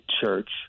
church